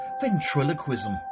ventriloquism